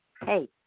hey